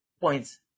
points